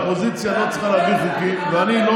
אופוזיציה לא צריכה להעביר חוקים, ואני לא